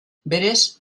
berez